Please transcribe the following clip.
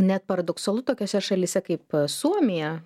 net paradoksalu tokiose šalyse kaip suomija